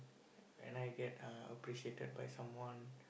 when I get uh appreciated by someone